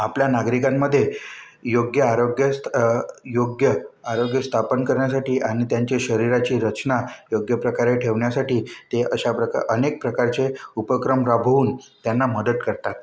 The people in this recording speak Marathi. आपल्या नागरिकांमध्ये योग्य आरोग्य योग्य आरोग्य स्थापन करण्यासाठी आणि त्यांची शरीराची रचना योग्य प्रकारे ठेवण्यासाठी ते अशाप्रक् अनेक प्रकारचे उपक्रम राबवून त्यांना मदत करतात